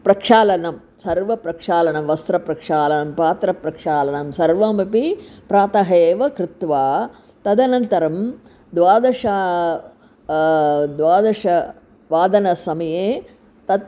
प्रक्षालनं सर्वप्रक्षालनं वस्त्रप्रक्षालनं पात्रप्रक्षालनं सर्वमपि प्रातः एव कृत्वा तदनन्तरं द्वादश द्वादशवादनसमये तत्